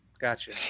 Gotcha